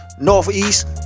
northeast